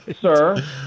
sir